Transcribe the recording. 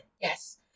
yes